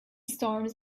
storms